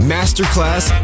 Masterclass